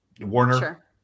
warner